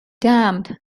damned